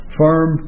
firm